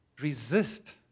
resist